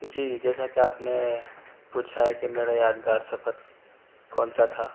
جی جیساکہ آپ نے پوچھا ہے کہ میرا یادگار سفر کون سا تھا